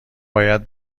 باید